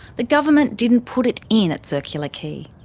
the government didn't put it in at circular quay.